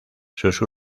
sus